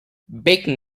bacon